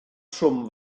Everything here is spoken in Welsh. trwm